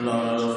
לא,